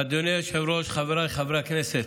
אדוני היושב-ראש, חבריי חברי הכנסת,